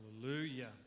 Hallelujah